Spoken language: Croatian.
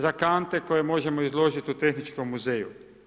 Za kante koje možemo izložiti u Tehničkom muzeju.